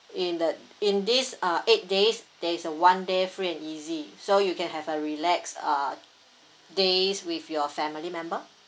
in the in these uh eight days there is a one day free and easy so you can have a relax uh days with your family member